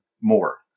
more